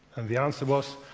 and the answer was,